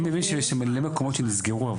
אני מבין שיש הרבה מקומות שנסגרו.